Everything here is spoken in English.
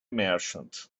merchant